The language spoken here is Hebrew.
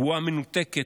בועה מנותקת,